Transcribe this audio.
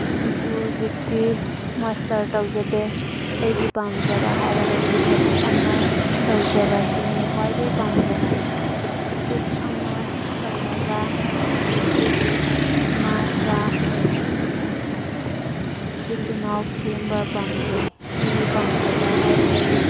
ꯑꯗꯨ ꯍꯧꯖꯤꯛꯇꯤ ꯃꯁꯇꯔ ꯇꯧꯖꯗꯦ ꯑꯩꯒꯤ ꯄꯥꯝꯖꯕ ꯍꯥꯏꯔꯒꯗꯤ ꯊꯕꯛ ꯑꯃ ꯇꯧꯖꯕꯁꯤꯅꯤ ꯈ꯭ꯋꯥꯏꯗꯩ ꯄꯥꯝꯖꯕ ꯊꯕꯛ ꯑꯃ ꯇꯧꯔꯒ ꯑꯩꯒꯤ ꯏꯃꯥ ꯏꯄꯥ ꯑꯃꯁꯨꯡ ꯏꯆꯤꯜ ꯏꯅꯥꯎ ꯁꯦꯝꯕ ꯄꯥꯝꯖꯩ ꯑꯩꯒꯤ ꯄꯥꯝꯖꯕ ꯍꯥꯏꯔꯒꯗꯤ